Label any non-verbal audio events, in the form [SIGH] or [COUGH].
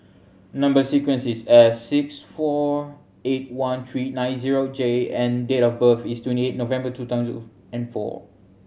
number sequence is S six four eight one three nine zero J and date of birth is twenty eight November two thousand [UNINTELLIGIBLE] and four